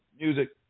Music